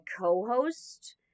co-host